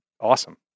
awesome